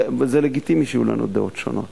אבל זה לגיטימי שיהיו לנו דעות שונות.